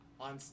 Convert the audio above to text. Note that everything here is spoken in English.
on